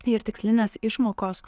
ir tikslinės išmokos